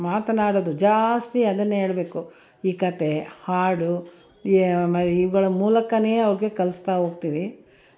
ಮಾತನಾಡೋದು ಜಾಸ್ತಿ ಅದನ್ನೇ ಹೇಳಬೇಕು ಈ ಕತೆ ಹಾಡು ಇವುಗಳ ಮೂಲಕವೇ ಅವ್ರಿಗೆ ಕಲಿಸ್ತಾ ಹೋಗ್ತೀವಿ